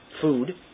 food